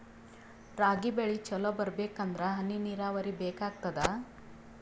ರಾಗಿ ಬೆಳಿ ಚಲೋ ಬರಬೇಕಂದರ ಹನಿ ನೀರಾವರಿ ಬೇಕಾಗತದ?